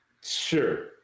sure